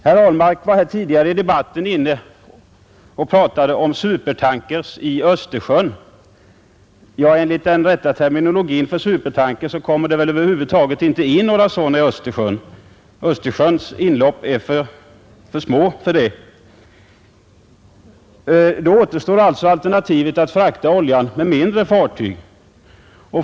Herr Ahlmark pratade tidigare i debatten om supertankers i Östersjön. Enligt den rätta terminologin för supertankers kommer det väl över huvud taget inte in några sådana i Östersjön, eftersom Östersjöns inlopp inte är djupa nog. Då återstår alltså alternativet att frakta oljan med andra fartyg.